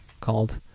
called